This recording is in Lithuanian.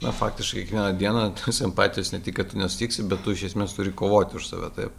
na faktiškai kiekvieną dieną simpatijos ne tik kad tu nesutiksi bet tu iš esmės turi kovoti už save taip